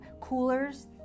coolers